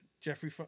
Jeffrey